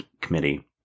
Committee